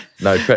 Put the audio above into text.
no